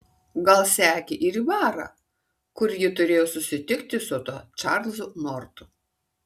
gal sekė ir į barą kur ji turėjo susitikti su tuo čarlzu nortu